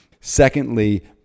Secondly